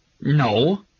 No